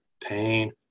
pain